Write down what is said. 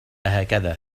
هكذا